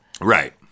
Right